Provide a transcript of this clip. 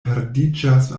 perdiĝas